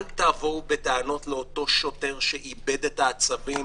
אל תבואו בטענות לאותו שוטר שאיבד את העצבים